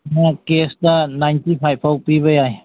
ꯅꯣꯏ ꯀꯦꯁꯇ ninety five ꯐꯥꯎ ꯄꯤꯕ ꯌꯥꯏ